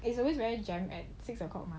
it's always very jam at six o'clock